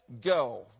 go